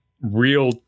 real